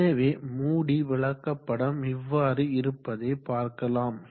எனவே மூடி விளக்கப்படம் இவ்வாறு இருப்பதை பார்க்கலாம்